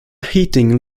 heating